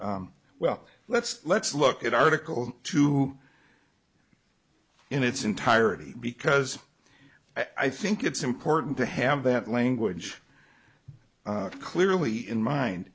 well let's let's look at article two in its entirety because i think it's important to have that language clearly in mind